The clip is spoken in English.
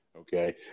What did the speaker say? Okay